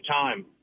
time